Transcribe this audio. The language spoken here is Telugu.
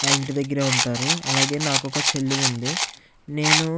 మా ఇంటి దగ్గరే ఉంటారు అలాగే నాకు ఒక చెల్లి ఉంది నేను